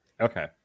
Okay